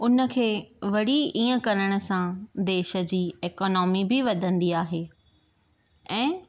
उनखे वरी ईअं करण सां देश जी एकॉनमी बि वधंदी आहे ऐं